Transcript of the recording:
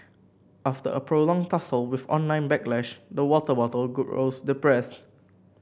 after a prolonged tussle with online backlash the water bottle grows depressed